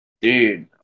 dude